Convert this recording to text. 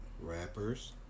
rappers